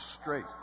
straight